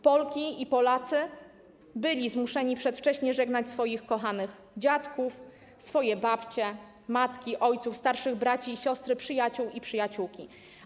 Polki i Polacy byli zmuszeni przedwcześnie żegnać swoich kochanych dziadków, swoje babcie, matki, swoich ojców, starszych braci i siostry, przyjaciół i przyjaciółki.